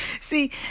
See